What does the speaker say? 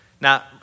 Now